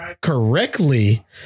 correctly